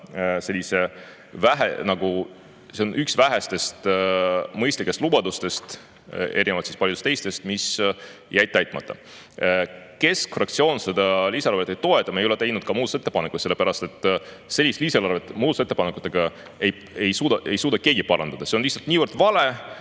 sellise … See on üks vähestest mõistlikest lubadustest, erinevalt paljudest teistest, mis jäid täitmata. Keskfraktsioon seda lisaeelarvet ei toeta. Me ei ole teinud ka muudatusettepanekuid, sellepärast et sellist lisaeelarvet muudatusettepanekutega ei suuda keegi parandada, see on lihtsalt niivõrd vale,